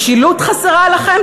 משילות חסרה לכם?